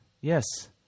Yes